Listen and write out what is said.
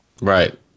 Right